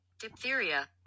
Diphtheria